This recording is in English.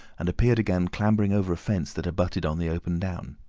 and appeared again clambering over a fence that abutted on the open down.